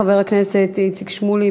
חבר הכנסת איציק שמולי,